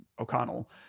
O'Connell